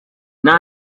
nta